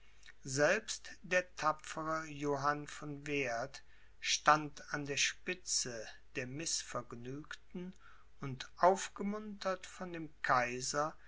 selbst der tapfere johann von werth stand an der spitze der mißvergnügten und aufgemuntert von dem kaiser